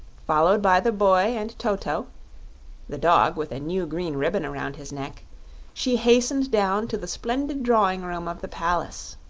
followed by the boy and toto the dog with a new green ribbon around his neck she hastened down to the splendid drawing-room of the palace,